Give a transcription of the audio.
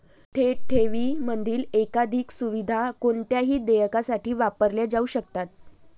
थेट ठेवींमधील एकाधिक सुविधा कोणत्याही देयकासाठी वापरल्या जाऊ शकतात